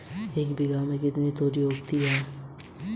इस बैंक का IFSC code क्या है?